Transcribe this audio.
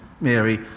Mary